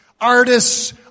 Artists